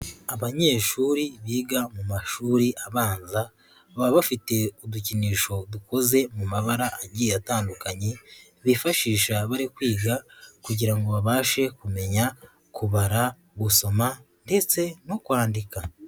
Abanyeshuri biga mu mashuri abanza baba bafite udukinisho dukoze mu mabara agiye atandukanye, bifashisha bari kwiga kugira babashe kumenya kubara, gusoma ndetse no kwandika.